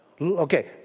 Okay